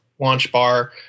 LaunchBar